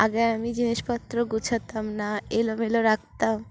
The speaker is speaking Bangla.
আগে আমি জিনিসপত্র গোছাতাম না এলোমেলো রাখতাম